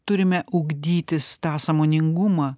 turime ugdytis tą sąmoningumą